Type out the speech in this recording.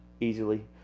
Easily